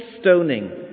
stoning